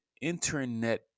internet